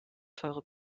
teure